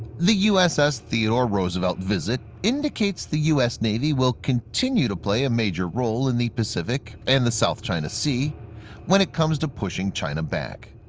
the uss theodore roosevelt visit indicates that u s navy will continue to play a major role in the pacific and the south china sea when it comes to pushing china back.